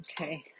Okay